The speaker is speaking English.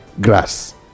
grass